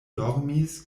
dormis